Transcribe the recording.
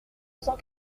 cent